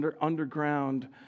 underground